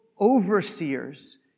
overseers